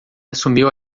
assumiu